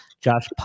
Josh